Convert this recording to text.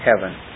heaven